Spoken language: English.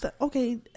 Okay